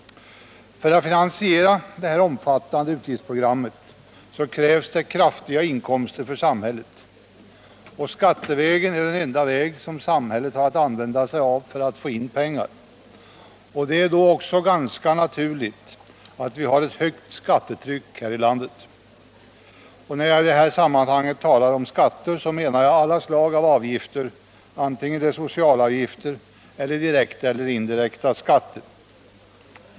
För att finansiera detta omfattande utgiftsprogram krävs det kraftiga inkomster för samhället. Skattevägen är den enda väg som samhället har att använda sig av för att få in pengar. Det är då ganska naturligt att vi har ett högt skattetryck här i landet. När jag i detta sammanhang talar om skatter menar jag alla slag av avgifter, det må vara socialavgifter, direkta eller indirekta skatter.